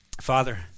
Father